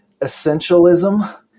essentialism